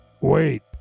wait